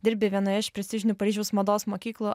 dirbi vienoje iš prestižinių paryžiaus mados mokyklų